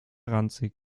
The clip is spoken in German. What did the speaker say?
ranzig